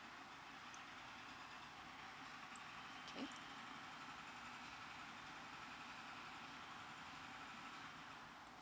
okay